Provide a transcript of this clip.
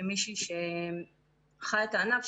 כמי שחיה את הענף,